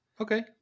okay